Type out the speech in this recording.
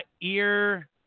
ear